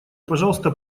пожалуйста